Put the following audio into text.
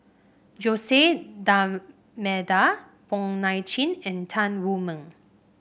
Jose D'Almeida Wong Nai Chin and Tan Wu Meng